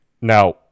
Now